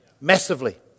massively